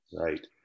Right